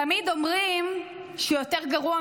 תתביישי לך.